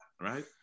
right